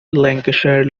lancashire